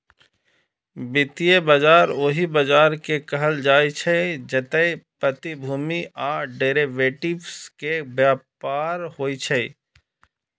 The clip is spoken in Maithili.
वित्तीय बाजार ओहि बाजार कें कहल जाइ छै, जतय प्रतिभूति आ डिरेवेटिव्स के व्यापार होइ छै